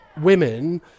women